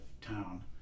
town